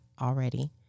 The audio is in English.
already